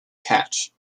catch